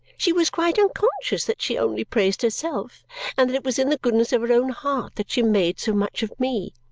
she was quite unconscious that she only praised herself and that it was in the goodness of her own heart that she made so much of me!